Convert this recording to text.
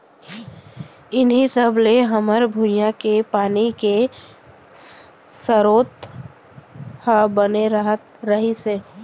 इहीं सब ले हमर भुंइया के पानी के सरोत ह बने रहत रहिस हे